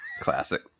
Classic